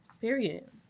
Period